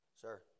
Sir